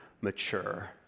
mature